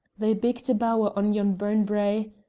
they bigged a bower on yon burn-brae,